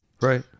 Right